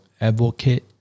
advocate